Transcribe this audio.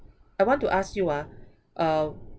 I want to ask you ah uh